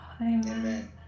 Amen